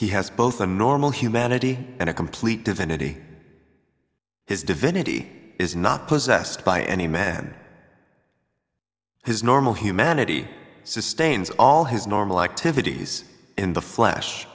he has both a normal humanity and a complete divinity his divinity is not possessed by any man his normal humanity sustains all his normal activities in the flesh